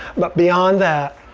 but beyond that,